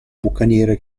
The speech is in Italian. bucaniere